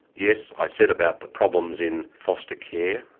yes, i said about the problems in foster care,